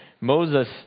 Moses